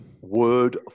Word